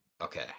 okay